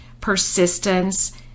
persistence